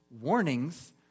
warnings